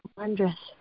wondrous